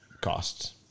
costs